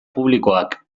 publikoak